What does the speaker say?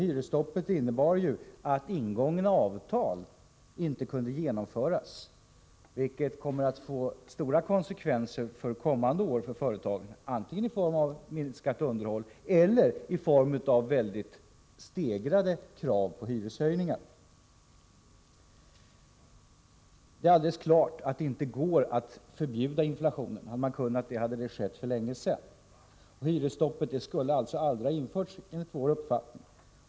Hyresstoppet innebar ju också att ingångna avtal inte kunde fullgöras, vilket kommer att få stora konsekvenser under kommande år för företagen, antingen i form av minskat underhåll eller i form av kraftigt stegrade krav på hyreshöjningar. Det är alldeles klart att det inte går att förbjuda inflationen. Hade man kunnat det, hade det skett för länge sedan. Hyresstoppet skulle alltså enligt vår uppfattning aldrig ha införts.